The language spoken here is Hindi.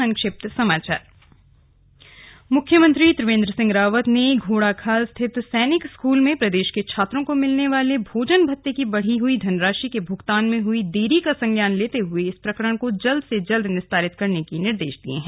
संक्षिप्त समाचार मुख्यमंत्री त्रिवेन्द्र सिंह रावत ने घोड़ाखाल स्थित सैनिक स्कूल में प्रदेश के छात्रों को मिलने वाले भोजन भत्ते की बढ़ी हई धनराशि के भुगतान में हई देरी का संज्ञान लेते हए इस प्रकरण को जल्द निस्तारित करने के निर्देश दिए हैं